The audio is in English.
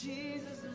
Jesus